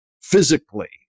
physically